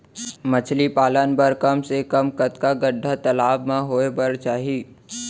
मछली पालन बर कम से कम कतका गड्डा तालाब म होये बर चाही?